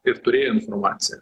ir turėjo informaciją